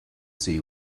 see